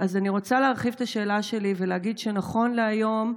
ואני רוצה להרחיב את השאלה שלי ולהגיד שנכון להיום,